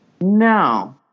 No